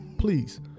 Please